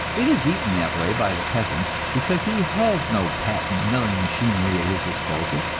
it is eaten that way by the peasant because he has no patent milling machinery at his disposal,